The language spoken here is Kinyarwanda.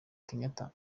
kenyatta